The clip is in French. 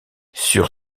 sur